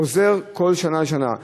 חוזר כל שנה ושנה?